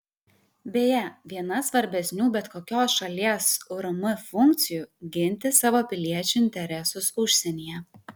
beje viena svarbesnių bet kokios šalies urm funkcijų ginti savo piliečių interesus užsienyje